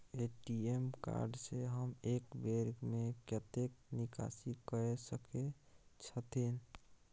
ATM card से हम एक बेर में कतेक निकासी कय सके छथिन?